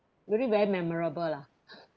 really very memorable lah